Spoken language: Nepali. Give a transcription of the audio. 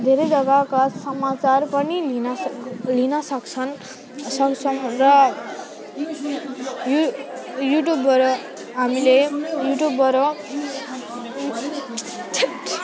धेरै जग्गाका समाचार पनि लिन सक् लिन सक्छन् सँगसँग र यु युट्युबबाट हामीले युट्युबबाट